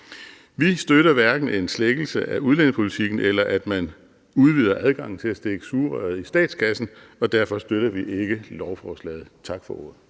Vi støtter hverken en slækkelse af udlændingepolitikken, eller at man udvider adgangen til at stikke sugerøret i statskassen, og derfor støtter vi ikke lovforslaget. Tak for ordet.